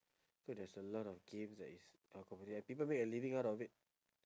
so there's a lot of games that is uh popular people make a living out of it